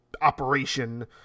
operation